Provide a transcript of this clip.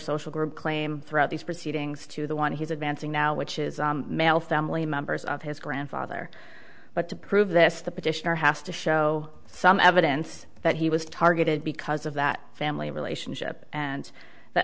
social group claim throughout these proceedings to the one he's advancing now which is a male family members of his grandfather but to prove this the petitioner has to show some evidence that he was targeted because of that family relationship and th